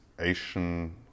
Asian